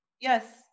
Yes